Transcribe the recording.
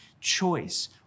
choice